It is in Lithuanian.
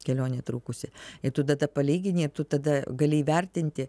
kelionė trukusi ir tu tada palygini ir tu tada gali įvertinti